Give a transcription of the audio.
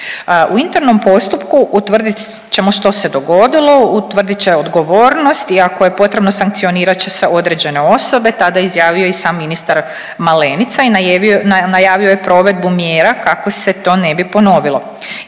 U internom postupku utvrdit ćemo što se dogodilo, utvrdit će odgovornost i ako je potrebno sankcionirat će se određene osobe tada je izjavio i sam ministar Malenica i najavio je provedbu mjera kako se to ne bi ponovilo.